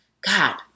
God